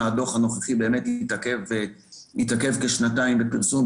הדוח הנוכחי באמת התעכב כשנתיים בפרסום.